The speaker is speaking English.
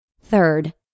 Third